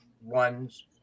one's